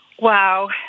Wow